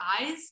eyes